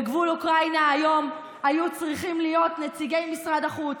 בגבול אוקראינה היום היו צריכים להיות נציגי משרד החוץ,